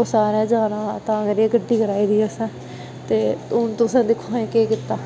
ओह् सारें जाना हा तां करियै गड्डी कराई दी असें ते हून तुसें दिक्खो हां एह् केह् कीता